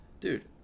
Dude